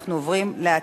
אנחנו עוברים להצבעה.